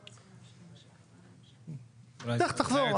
קח, תחזור.